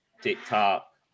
TikTok